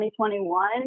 2021